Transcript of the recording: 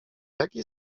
jaki